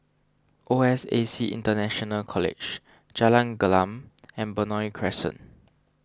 O S A C International College Jalan Gelam and Benoi Crescent